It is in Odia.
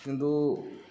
କିନ୍ତୁ